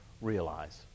realize